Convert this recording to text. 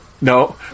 no